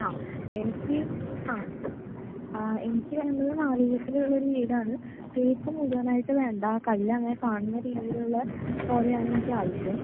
ആ എനിക്ക് ആ എനിക്ക് വേണ്ടത് നാലുകെട്ടിലുള്ളൊരു വീടാണ് തേപ്പ് മുഴുവനായിട്ട് വേണ്ട കല്ലങ്ങനെ കാണുന്ന രീതിയിലുള്ള പോലെയാണ് എനിക്കാവിശ്യം